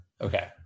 Okay